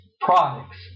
products